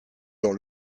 dans